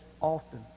often